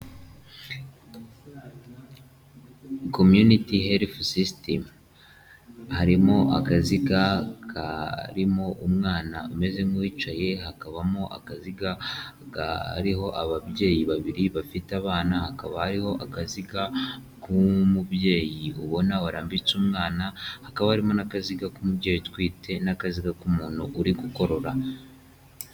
Kominiti herufu sisitemu. Harimo akaziga karimo umwana umeze nk'uwicaye, hakabamo akaziga kariho ababyeyi babiri bafite abana hakaba hariho akaziga k'umubyeyi ubona warambitse umwana hakaba harimo n'akaziga k'umubyeyi utwite n'akaziga k'umuntu uri kugororora.